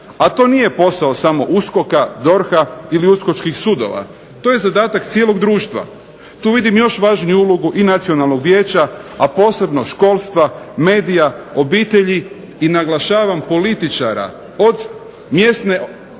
a to nije posao samo USKOK-a, DORH-a ili uskočkih sudova, to je zadak cijelog društva. Tu vidim još važniju ulogu i Nacionalnog vijeća, a posebno školstva, medija, obitelji i naglašavam političara, od mjesne